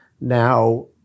now